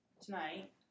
Tonight